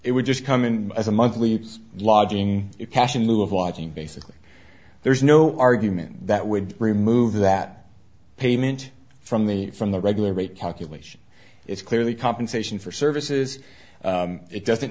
it would just come in as a monthly lodging it cash in lieu of watching basically there is no argument that would remove that payment from the from the regular rate calculation it's clearly compensation for services it doesn't